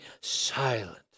silent